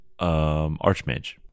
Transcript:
Archmage